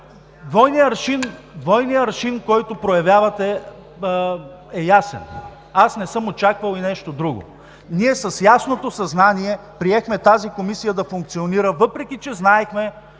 двойният аршин, който проявявате, е ясен. Аз не съм и очаквал нещо друго. Ние с ясното съзнание приехме тази Комисия да функционира, въпреки че знаехме,